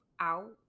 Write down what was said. out